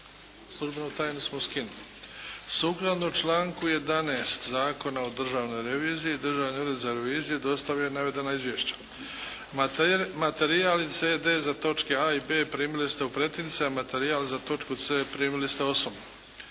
Službenu tajnu smo skinuli. Sukladno članku 11. Zakona o državnoj reviziji Državni ured za reviziju dostavio je navedena izvješća. Materijal i CD za točke A) i B) primili ste u pretince, a materijal za točku C) primili ste